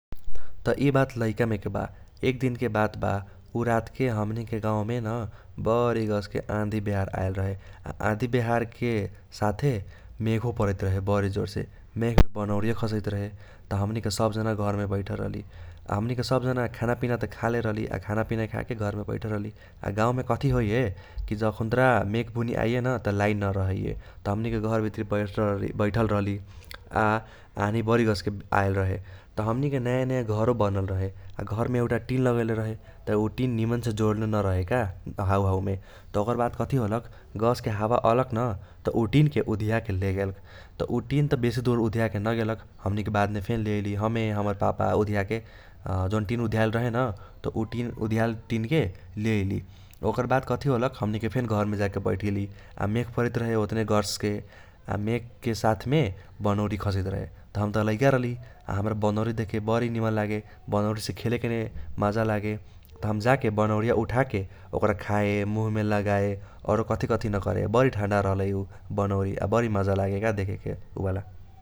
त इ बात लैकामेके बा एक दिनके बात बा उ रातके हमनीके गाऊमे न बरी गसके आंधी बेहार आइल रहे, आ आधी बहारके साथे मेघो परैत रहे बरी जोरसे । मेघमे बनौरियो खसैत रहे त हमनीके सब जाना घरमे बैठल रहली, आ हमनीके सब जाना खाना पीना त खालेल रहली । आ गाऊमे कथी होइये कि जखूनत्रा मेघ बुनी आइये न त लाइन न रहैये, त हमनीके घर भित्री बैठल रहली। आ आंधी बरी गस्के आएल रहे, त हमनीके नाया नाया घरो बनल रहे, आ घरमे एउटा तीन लगएले रहे त उ टीन निमनसे जोरले न रहे का हाऊहाऊमे । त ओकर बाद कथी होलक गस्के हावा अलक न त उ टीन के उधियाके लेगेल, त उ टीन त बेसी दूर उधियाके न गेलक हमनीके बादमे फेन लेऐली हमे हमर पापा उधियाके जौन टीन उधियाएल न त उ टीन उधियाएल टीनके लेऐली । ओकर बाद कथी होलक हमनीके फेन घरे जाके बैठ गेली। आ मेघ परैत रहे ओतने गस्के, आ मेघके साथमे बनौरि खसैत रहे त हम त लैका रहली, आ हमरा बनौरि देखके बरी निमन लागे बनौरिसे खेलेके माजा लागे, त हम जाके बनौरिआ उठाके आ ओकारा खाए मुहमे लागए औरो कथी कथी न करे बरी ठन्डा रहलै उ बनौरि आ बरी माजा लागे का देखेके उबाला।